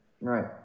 Right